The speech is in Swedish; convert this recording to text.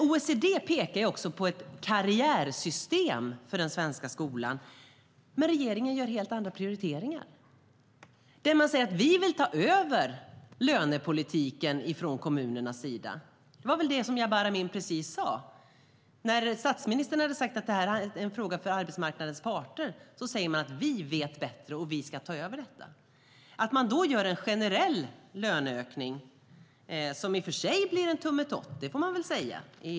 OECD pekar också på ett karriärsystem för den svenska skolan. Men regeringen gör helt andra prioriteringar. Regeringen säger: Vi vill ta över lönepolitiken från kommunerna. Det var väl det som Jabar Amin nyss sa? När statsministern hade sagt att detta är en fråga för arbetsmarknadens parter, sa man: Vi vet bättre, och vi ska ta över detta. Då genomför man en generell löneökning, som i och för sig blir en tummetott. Det får jag säga.